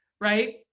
right